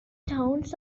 towns